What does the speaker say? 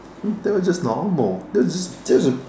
that was just normal that was just that was a